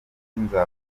nzakora